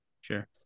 sure